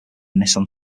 nissan